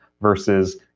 versus